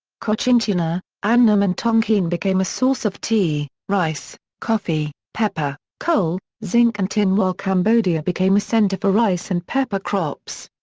cochinchina, annam and tonkin became a source of tea, rice, coffee, pepper, coal, zinc and tin while cambodia became a center for rice and pepper crops.